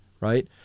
right